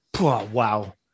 wow